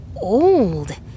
old